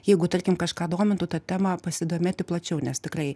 jeigu tarkim kažką domintų tą temą pasidomėti plačiau nes tikrai